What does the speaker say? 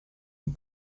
une